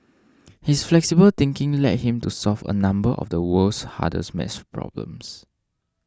his flexible thinking led him to solve a number of the world's hardest math problems